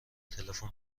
تلفن